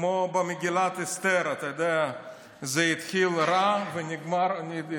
כמו במגילת אסתר, אתה יודע, זה התחיל רע ליהודים,